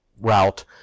route